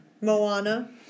Moana